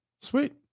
Sweet